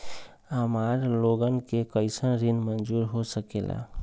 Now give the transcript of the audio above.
हमार लोगन के कइसन ऋण मंजूर हो सकेला?